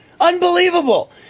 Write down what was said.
Unbelievable